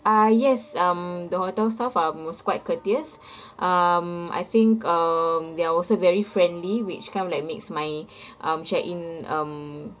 ah yes um the hotel staff are most quite courteous um I think um they're also very friendly which kind of like makes my um check in um